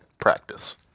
practice